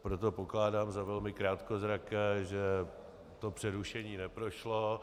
Proto pokládám za velmi krátkozraké, že to přerušení neprošlo.